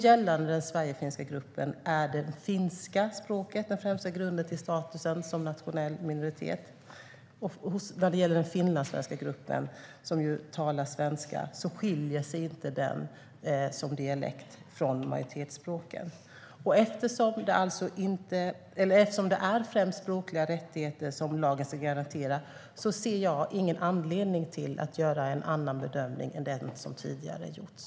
Gällande den sverigefinska gruppen är det finska språket den främsta grunden till statusen som nationellt minoritetsspråk. När det gäller den finlandssvenska gruppen som talar svenska skiljer sig den som dialekt inte från majoritetsspråket. Eftersom det främst är språkliga rättigheter som lagen ska garantera ser jag ingen anledning till att göra en annan bedömning än den som tidigare har gjorts.